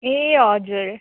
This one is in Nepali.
ए हजुर